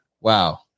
Wow